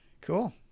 cool